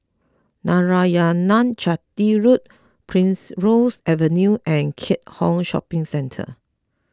Narayanan Chetty Road Primrose Avenue and Keat Hong Shopping Centre